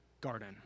garden